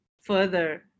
further